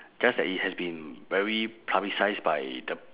just that it has been very publicised by the